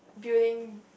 building